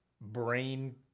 brain